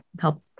help